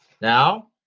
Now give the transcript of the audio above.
Now